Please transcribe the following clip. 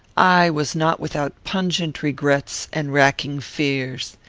i was not without pungent regrets and racking fears.